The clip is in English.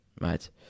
Right